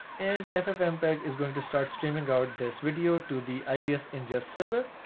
and ffmpeg is going to start streaming out this video to the ivs ingest server.